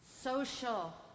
social